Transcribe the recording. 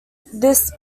this